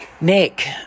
Nick